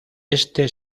este